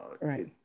right